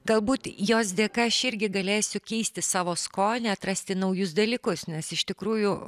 galbūt jos dėka aš irgi galėsiu keisti savo skonį atrasti naujus dalykus nes iš tikrųjų